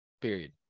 period